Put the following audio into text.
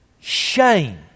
shame